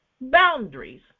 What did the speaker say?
boundaries